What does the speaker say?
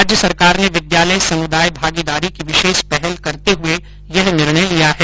राज्य सरकार ने विद्यालय समुदाय भागीदारी की विशेष पहल करते हुए यह निर्णय लिया है